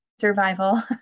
survival